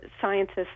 scientists